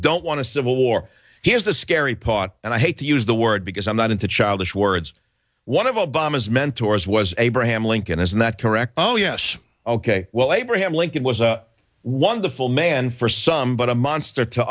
don't want to civil war here's the scary part and i hate to use the word because i'm not into childish words one of obama's mentors was abraham lincoln isn't that correct oh yes ok well abraham lincoln was a wonderful man for some but a monster to